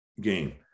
game